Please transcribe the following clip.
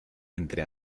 entre